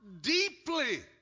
deeply